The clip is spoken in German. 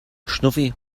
schnuffi